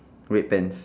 wait tens